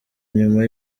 nyuma